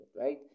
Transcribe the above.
right